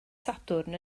sadwrn